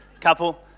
Couple